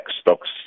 stocks